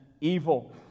evil